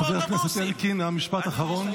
חבר הכנסת אלקין, משפט אחרון.